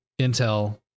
Intel